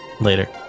Later